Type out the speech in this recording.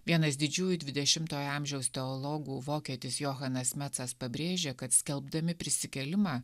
vienas didžiųjų dvidešimtojo amžiaus teologų vokietis johanas metcas pabrėžė kad skelbdami prisikėlimą